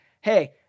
hey